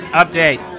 update